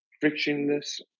frictionless